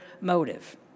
motive